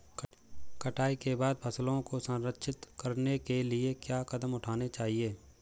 कटाई के बाद फसलों को संरक्षित करने के लिए क्या कदम उठाने चाहिए?